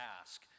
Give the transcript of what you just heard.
ask